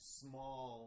small